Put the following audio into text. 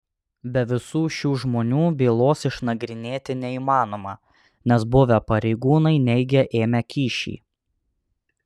be visų šių žmonių bylos išnagrinėti neįmanoma nes buvę pareigūnai neigia ėmę kyšį